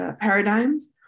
paradigms